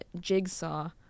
Jigsaw